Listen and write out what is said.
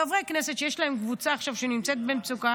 חברי כנסת שיש להם קבוצה עכשיו שנמצאת במצוקה